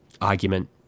argument